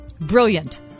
brilliant